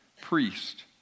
priest